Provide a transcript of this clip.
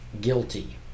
guilty